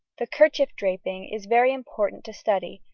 the kerchief draping is very important to study,